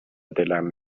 دلم